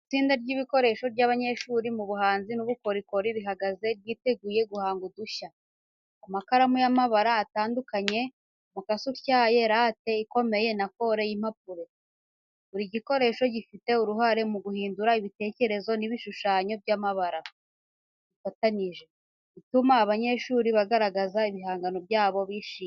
Itsinda ry'ibikoresho by’abanyeshuri mu buhanzi n’ubukorikori rihagaze ryiteguye guhanga udushya: amakaramu y’amabara atandukanye, umukasi utyaye, rate ikomeye na kore y'impapuro. Buri gikoresho gifite uruhare mu guhindura ibitekerezo n'ibishushanyo by’amabara. Bifatanyije, bituma abanyeshuri bagaragaza ibihangano byabo bishimye.